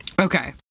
okay